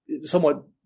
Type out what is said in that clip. somewhat